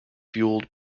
fueled